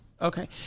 Okay